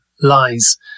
lies